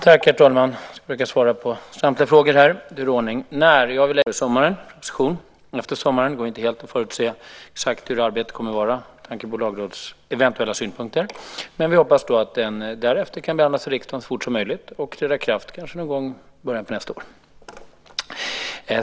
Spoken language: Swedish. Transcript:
Herr talman! Jag ska försöka svara på samtliga frågor i tur och ordning. Vi lägger fram lagrådsremissen före sommaren. Det går inte att helt exakt förutse hur arbetet kommer att fortgå - jag tänker på Lagrådets eventuella synpunkter - men vi hoppas att den därefter kan behandlas i riksdagen så fort som möjligt och träda i kraft kanske någon gång i början av nästa år.